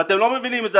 אתם לא מבינים את זה.